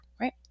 right